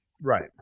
Right